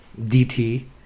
DT